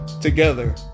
together